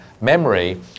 memory